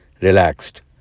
relaxed